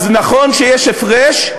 אז נכון שיש הפרש,